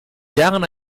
jahren